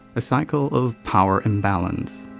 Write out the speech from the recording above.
a cycle of power imbalance.